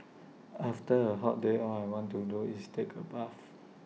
after A hot day all I want to do is take A bath